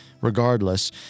Regardless